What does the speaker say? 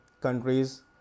countries